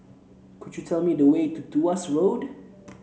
could you tell me the way to Tuas Road